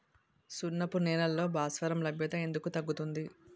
సున్నపు నేలల్లో భాస్వరం లభ్యత ఎందుకు తగ్గుతుంది?